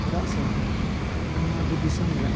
ᱪᱮᱫᱟᱜ ᱥᱮ ᱱᱤᱭᱟᱹ ᱟᱵᱩ ᱫᱤᱥᱟᱹᱢ ᱨᱮ